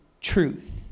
truth